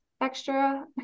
extra